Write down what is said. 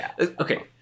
Okay